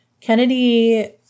Kennedy